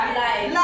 life